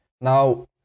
Now